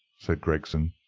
said gregson.